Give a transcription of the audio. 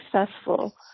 successful